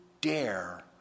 dare